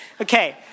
Okay